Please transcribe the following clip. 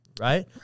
right